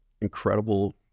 incredible